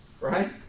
Right